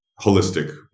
holistic